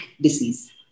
disease